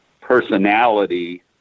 personality